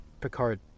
Picard